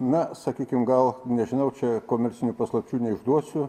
na sakykim gal nežinau čia komercinių paslapčių neišduosiu